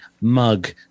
mug